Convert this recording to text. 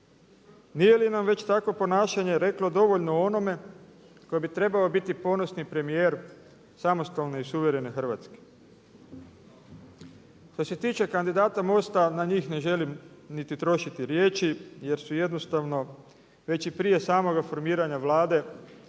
Nije li nam već takvo ponašanje reklo dovoljno o onome tko bi trebao biti ponosni premijer samostalne i suverene Hrvatske. Što se tiče kandidata mosta, na njih ne želim niti trošiti riječi jer su jednostavno već i prije samoga formiranja Vlade